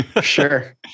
Sure